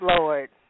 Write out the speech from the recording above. Lord